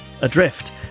adrift